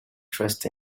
trust